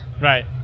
Right